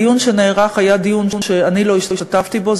הדיון שנערך היה דיון שאני לא השתתפתי בו,